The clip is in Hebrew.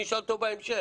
נשאל אותו בהמשך.